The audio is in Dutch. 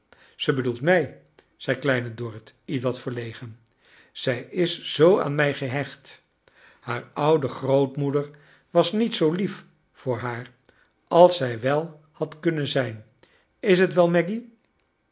zij bedoelt mij zei kleine dorrit ietwat verlegen zij is zoo aan mij gehecht haar oude grootmoeder was niet zoo lief voor haar als zij wel had kunnen zijn is t wel maggy